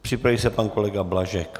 Připraví se pan kolega Blažek.